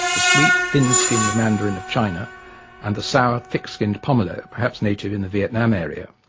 the sweet, thin-skinned mandarin of china and the sour, thick-skinned pomelo, perhaps native in the vietnam area.